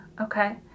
okay